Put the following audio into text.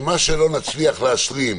מה שלא נצליח להשלים